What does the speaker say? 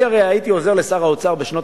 אני הרי הייתי עוזר לשר האוצר בשנות